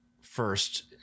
first